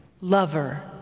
lover